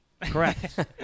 Correct